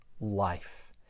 life